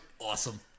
awesome